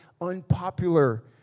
unpopular